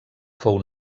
fou